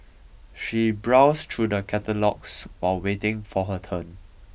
she browsed through the catalogues while waiting for her turn